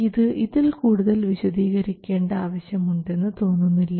ഇത് ഇതിൽ കൂടുതൽ വിശദീകരിക്കേണ്ട ആവശ്യമുണ്ടെന്നു തോന്നുന്നില്ല